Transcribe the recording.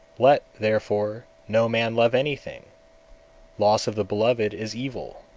let, therefore, no man love anything loss of the beloved is evil.